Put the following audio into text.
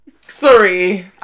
sorry